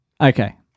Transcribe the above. Okay